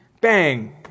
bang